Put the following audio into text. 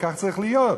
וכך צריך להיות,